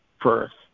first